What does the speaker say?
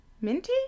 Minty